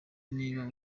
niba